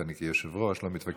כי אני כיושב-ראש לא מתווכח.